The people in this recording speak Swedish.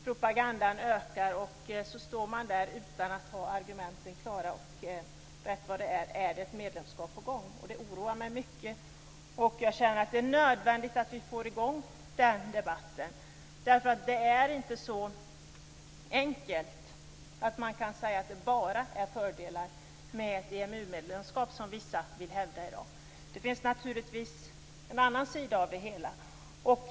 Propagandan ökar, och plötsligt står man där utan att ha argumenten klara. Rätt vad det är, är det ett medlemskap på gång. Det oroar mig mycket. Jag känner att det är nödvändigt att vi får i gång den debatten. Det är inte så enkelt att det bara är fördelar med ett EMU-medlemskap, som vissa vill hävda i dag. Det finns naturligtvis en annan sida av det hela.